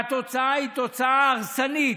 והתוצאה היא תוצאה הרסנית.